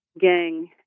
gang